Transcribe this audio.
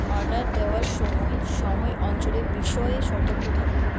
order দেওয়ার সময় সময় অঞ্চলের বিষয়ে সতর্ক থাকুন